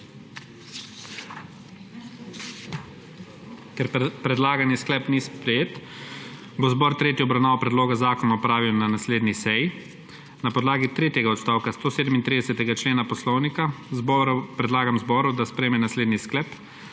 Ker predlagani sklep ni sprejet, bo zbor tretjo obravnavo predloga zakona opravil na naslednji seji. Na podlagi tretjega odstavka 137. člena Poslovnika predlagam zboru, da sprejem naslednji sklep: